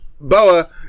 Boa